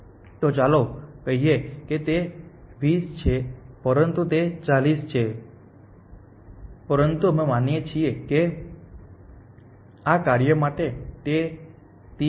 તો ચાલો કહીએ કે તે 20 છે પરંતુ તે 40 છે પરંતુ અમે માનીએ છીએ કે આ કાર્ય માટે તે 30 છે